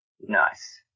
Nice